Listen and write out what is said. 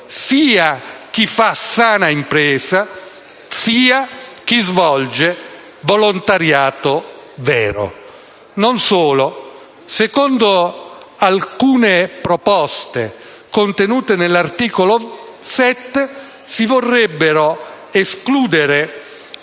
sia chi fa sana impresa, sia chi svolge volontariato vero. Non solo: secondo alcune proposte contenute nell'articolo 7, si vorrebbero escludere